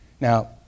Now